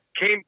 came